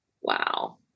Wow